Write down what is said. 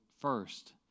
first